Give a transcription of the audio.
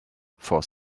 for